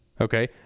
okay